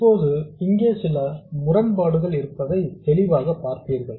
இப்போது இங்கே சில முரண்பாடுகள் இருப்பதை தெளிவாக பார்ப்பீர்கள்